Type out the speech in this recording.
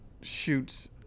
shoots